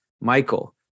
Michael